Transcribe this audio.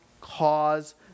cause